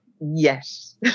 Yes